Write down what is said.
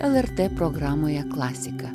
lrt programoje klasika